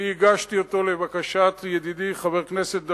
אני הגשתי אותו לבקשת ידידי חבר הכנסת דנון,